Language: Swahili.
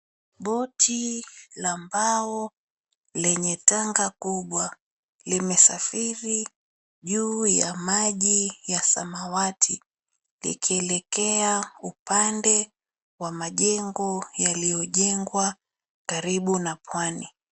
Boti la mbao lenye tanga kubwa limesafiri juu ya maji ya samawati likielekea upande wa majengo yaliyojengwa karibu na pwani.